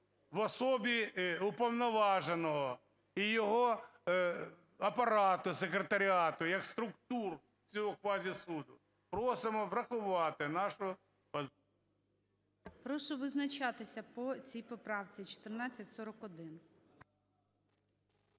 в особі уповноваженого і його апарату, секретаріату, як структур цього квазісуду. Просимо врахувати нашу… ГОЛОВУЮЧИЙ. Прошу визначатися по цій поправці, 1441.